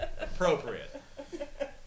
Appropriate